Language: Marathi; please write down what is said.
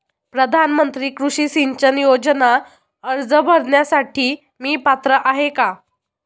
प्रधानमंत्री कृषी सिंचन योजना अर्ज भरण्यासाठी मी पात्र आहे का?